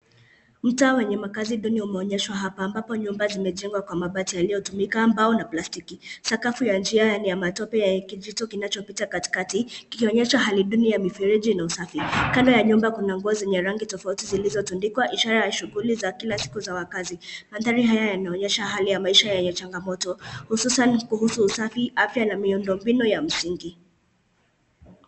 Mtaa wenye makazi duni umeonyeshwa hapa ambapo nyumba zimejengwa kwa mabati yaliotumika mbao na plastiki . Sakafu ya njia ni ya matope yakijito kinachopita katikati kikionysha hali duni ya mifereji na usafi ,kando ya nyumba kuna nguo zenye rangi tofauti zilzotundikwa ishara ya shughuli za kila siku za wakazi. Mandhari haya yanaonyesha hali ya maisha ya changamoto hususan kuhusu usafi, afya na miundombinu ya msingi.